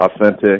authentic